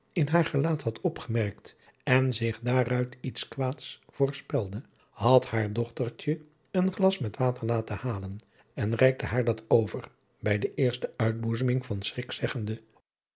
in haar gelaat had opgemerkt en zich daaruit iets kwaads voorspelde had haar dochtertje een glas met water laten halen en reikte haar dat over bij de eerste uitboezeming van schrik zeggende